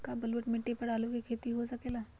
का बलूअट मिट्टी पर आलू के खेती हो सकेला?